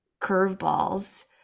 curveballs